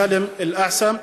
סאלם אל-אעסאם.